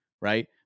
Right